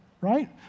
right